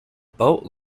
boat